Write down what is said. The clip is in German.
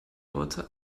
leute